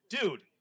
dude